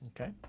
Okay